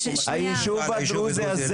היישוב הדרוזי הזה,